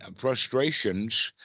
frustrations